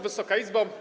Wysoka Izbo!